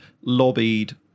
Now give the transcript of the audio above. lobbied